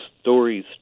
stories